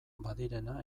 badirena